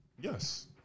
Yes